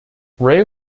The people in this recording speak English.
rae